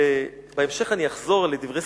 בהמשך אני אחזור לדברי